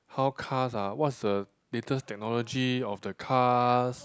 how cars are what's the latest technology of the cars